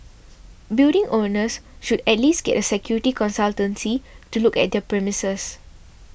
building owners should at least get a security consultancy to look at their premises